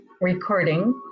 recording